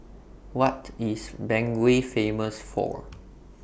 What IS Bangui Famous For